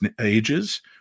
ages